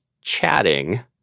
chatting